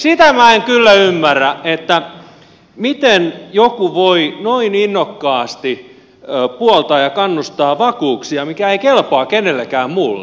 sitä minä en kyllä ymmärrä miten joku voi noin innokkaasti puoltaa ja kannattaa vakuuksia mitkä eivät kelpaa kenellekään muulle